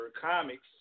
comics